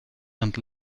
and